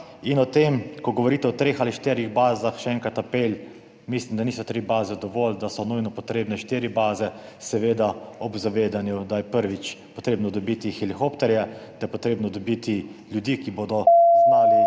In ko govorite o treh ali štirih bazah, še enkrat apel, mislim, da tri baze niso dovolj, da so nujno potrebne štiri baze, seveda ob zavedanju, da je, prvič, potrebno dobiti helikopterje, da je potrebno dobiti ljudi, ki bodo znali